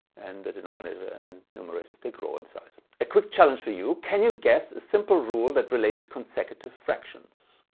and the denominator and numerators they grow in size. a quick challenge for you can you guess a simple rule that relates consecutive fractions?